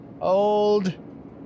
Old